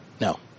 No